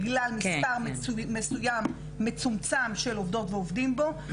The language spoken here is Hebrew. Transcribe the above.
בגלל מספר מסויים מצומצם של עובדות ועובדים בו,